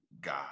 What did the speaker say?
God